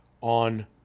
on